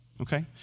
okay